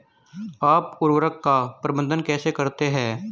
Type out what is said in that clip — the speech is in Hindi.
आप उर्वरक का प्रबंधन कैसे करते हैं?